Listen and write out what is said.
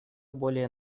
более